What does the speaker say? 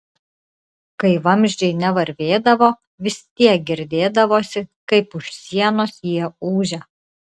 kai vamzdžiai nevarvėdavo vis tiek girdėdavosi kaip už sienos jie ūžia